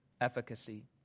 efficacy